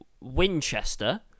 Winchester